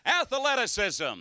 Athleticism